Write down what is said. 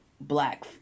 black